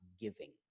giving